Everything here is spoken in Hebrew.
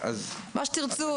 מה שתרצו,